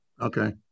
Okay